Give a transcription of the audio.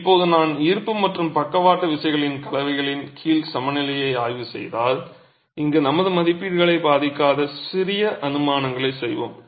இப்போது நான் ஈர்ப்பு மற்றும் பக்கவாட்டு விசைகளின் கலவையின் கீழ் சமநிலையை ஆய்வு செய்தால் இங்கு நமது மதிப்பீடுகளை பாதிக்காத சிறிய அனுமானங்களைச் செய்வோம்